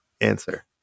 answer